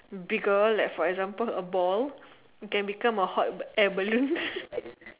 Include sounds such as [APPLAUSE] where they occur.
bigger like for example a ball it can become a hot air balloon [LAUGHS]